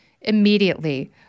immediately